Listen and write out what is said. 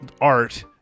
art